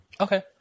Okay